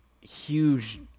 huge